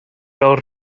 fel